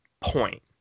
point